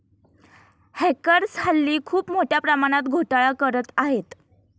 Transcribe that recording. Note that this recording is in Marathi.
हॅकर्स हल्ली खूप मोठ्या प्रमाणात घोटाळा करत आहेत